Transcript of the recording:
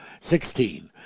Sixteen